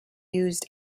used